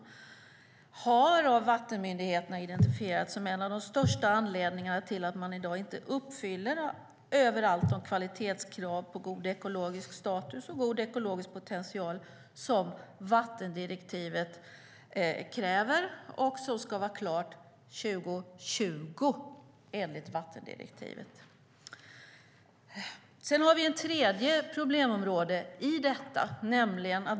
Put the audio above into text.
Det har av vattenmyndigheterna identifierats som en av de största anledningarna till att man i dag inte överallt uppfyller de kvalitetskrav på god ekologisk status och god ekologisk potential som vattendirektivet kräver och som ska vara klart år 2020. Sedan har vi ett tredje problemområde i detta.